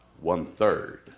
One-third